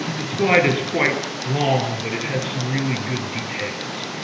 the slide is quite long, but it has some really good details.